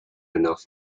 enough